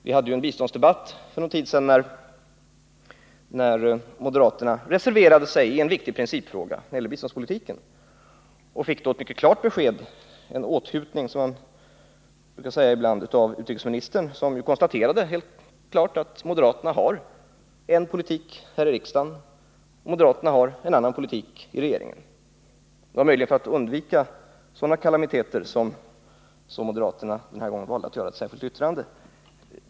Vi hade en biståndsdebatt för en tid sedan, där moderaterna reserverade sig i en viktig principfråga när det gällde biståndspolitiken. De fick då ett mycket klart besked — en åthutning, som man ibland brukar säga — av utrikesministern, som helt klart konstaterade att moderaterna har en politik här i riksdagen och en annan politik i regeringen. Det var möjligen för att undvika sådana kalamiteter som moderaterna denna gång valde att skriva ett särskilt yttrande.